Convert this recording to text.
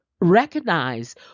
recognize